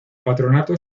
patronato